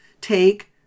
take